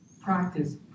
practice